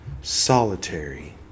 solitary